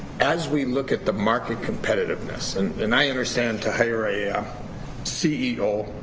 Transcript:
as we look at the market competitiveness. and and i understand to hire a yeah ceo,